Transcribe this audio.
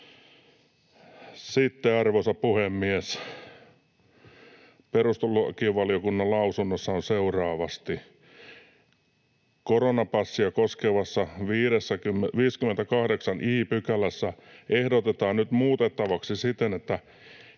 Sitten, arvoisa puhemies! Perustuslakivaliokunnan lausunnossa on seuraavasti: ”Koronapassia koskevaa 58 i §:ää ehdotetaan nyt muutettavaksi siten, että